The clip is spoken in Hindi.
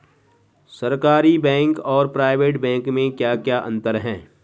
सरकारी बैंक और प्राइवेट बैंक में क्या क्या अंतर हैं?